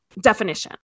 definition